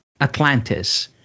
Atlantis